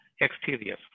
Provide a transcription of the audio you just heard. exterior